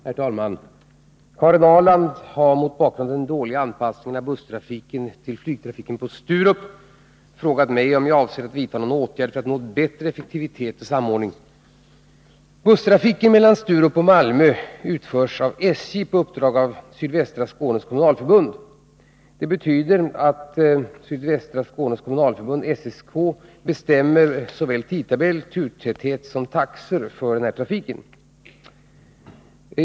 Herr talman! Karin Ahrland har, mot bakgrund av den dåliga anpassningen av busstrafiken till flygtrafiken på Sturup, frågat mig om jag avser att vidta någon åtgärd för att nå en bättre effektivitet och samordning. Busstrafiken mellan Sturup och Malmö utför SJ på uppdrag av Sydvästra Skånes Kommunalförbund . Detta betyder att SSK bestämmer såväl tidtabell, turtäthet som taxor för trafiken.